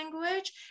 language